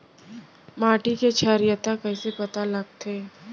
माटी के क्षारीयता कइसे पता लगथे?